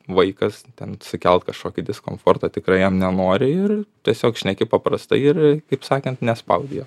vaikas ten sukelt kažkokį diskomfortą tikrai jam nenori ir tiesiog šneki paprastai ir kaip sakant nespaudi jo